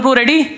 ready